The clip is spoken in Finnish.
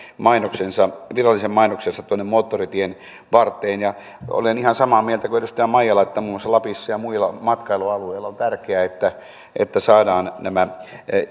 virallisen mainoksensa tuonne moottoritien varteen olen ihan samaa mieltä kuin edustaja maijala että muun muassa lapissa ja muilla matkailualueilla on tärkeää että saadaan nämä